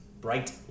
Bright